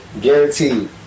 Guaranteed